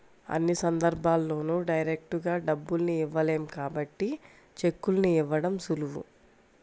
అన్ని సందర్భాల్లోనూ డైరెక్టుగా డబ్బుల్ని ఇవ్వలేం కాబట్టి చెక్కుల్ని ఇవ్వడం సులువు